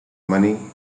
money